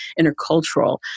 intercultural